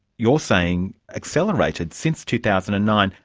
you're saying, accelerated since two thousand and nine.